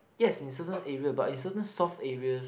yes in certain area but in certain soft area